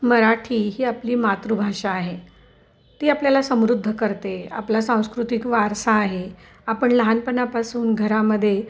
मराठी ही आपली मातृभाषा आहे ती आपल्याला समृद्ध करते आपला सांस्कृतिक वारसा आहे आपण लहानपणापासून घरामध्ये